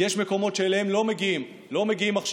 כי יש מקומות שאליהם לא מגיעים מחשבים.